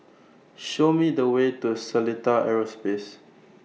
Show Me The Way to Seletar Aerospace